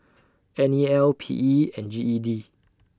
N E L P E and G E D